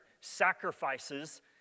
sacrifices